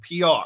PR